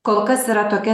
kol kas yra tokia